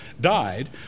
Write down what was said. died